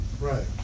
Right